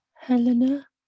helena